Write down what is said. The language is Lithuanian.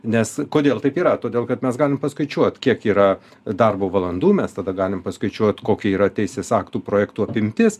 nes kodėl taip yra todėl kad mes galim paskaičiuot kiek yra darbo valandų mes tada galim paskaičiuot kokia yra teisės aktų projektų apimtis